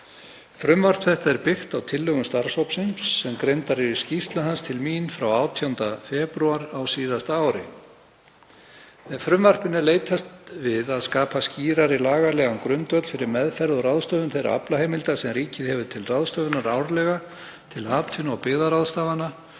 Frumvarpið er byggt á tillögum starfshópsins sem greindar eru í skýrslu hans til mín frá 18. febrúar á síðasta ári. Með frumvarpinu er leitast við að skapa skýrari lagalegan grundvöll fyrir meðferð og ráðstöfun þeirra aflaheimilda sem ríkið hefur til ráðstöfunar árlega til atvinnu- og byggðaráðstafana